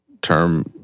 term